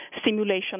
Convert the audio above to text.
stimulation